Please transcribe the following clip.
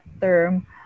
term